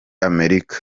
amerika